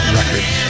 Records